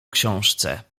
książce